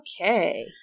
Okay